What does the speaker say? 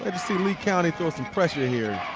um see lee county throw and pressure here.